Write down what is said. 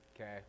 Okay